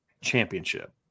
championship